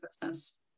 business